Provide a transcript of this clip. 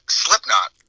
slipknot